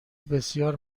بسیار